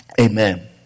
Amen